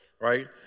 right